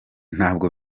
ntabwo